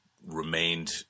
remained